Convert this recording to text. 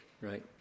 right